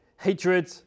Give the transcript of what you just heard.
hatred